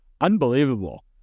unbelievable